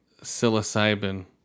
psilocybin